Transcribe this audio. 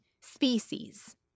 species